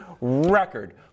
record